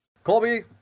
colby